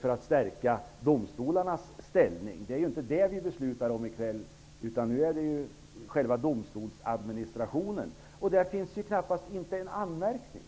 för att stärka domstolarnas ställning. Det är inte det vi skall besluta om nu. Nu är det själva domstolsadministrationen vi beslutar om. Där finns det knappast någon anmärkning.